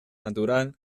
natural